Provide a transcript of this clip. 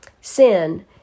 Sin